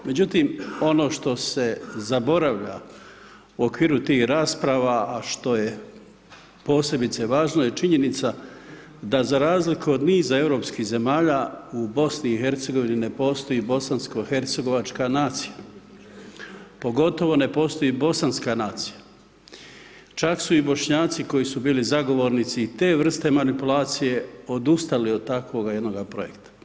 Međutim, ono što se zaboravlja u okviru tih rasprava, a što je posebice važno je činjenica da za razliku od niza europskih zemalja u BiH ne postoji bosansko-hercegovačka nacija, pogotovo ne postoji bosanska nacija, čak su i Bošnjaci koji su bili zagovornici i te vrste manipulacije odustali od takvoga jednoga projekta.